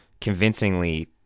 convincingly